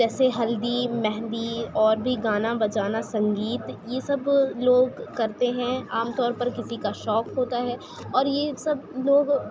جیسے ہلدی مہندی اور بھی گانا بجانا سنگیت یہ سب لوگ کرتے ہیں عام طور پر کسی کا شوق ہوتا ہے اور یہ سب لوگ